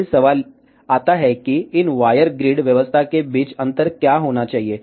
फिर सवाल आता है कि इन वायर ग्रिड व्यवस्था के बीच अंतर क्या होना चाहिए